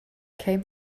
came